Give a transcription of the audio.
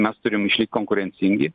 mes turim išlikt konkurencingi